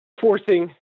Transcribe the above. forcing